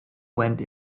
went